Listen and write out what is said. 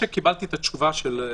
לגבי שיק קיבלתי את התשובה שלו.